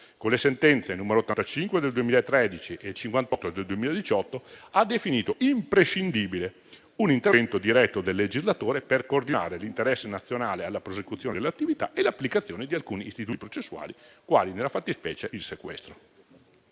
con le sentenze nn. 85 del 2013 e 58 del 2018, ha definito imprescindibile un intervento diretto del legislatore per coordinare l'interesse nazionale alla prosecuzione delle attività e l'applicazione di alcuni istituti processuali, quali nella fattispecie il sequestro.